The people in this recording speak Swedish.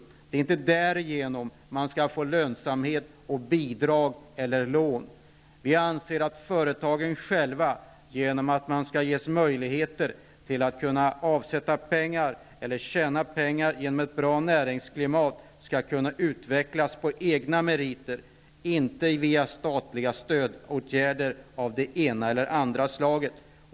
Företagen skall inte få lönsamhet genom bidrag eller lån, utan vi anser att företagen skall ges möjligheter att tjäna pengar och i ett bra näringsklimat utvecklas på egna meriter, inte via statliga stödåtgärder av det ena eller andra slaget.